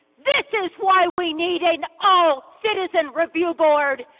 this is why we need an all-citizen review board,